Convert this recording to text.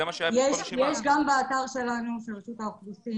יש לנו פה בקשה גם של תמר זנדברג,